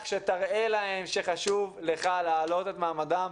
שתראה להם שחשוב לך להעלות את מעמדם,